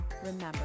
remember